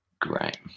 Great